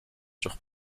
sur